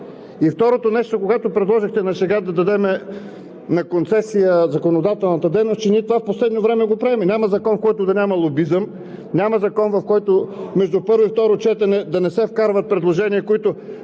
И второто нещо, когато предложихте на шега да дадем на концесия законодателната дейност. Че ние това в последно време го правим. Няма закон, в който да няма лобизъм, няма закон, в който между първо и второ четене да не се вкарват предложения, които,